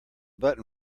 button